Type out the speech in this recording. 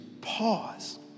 pause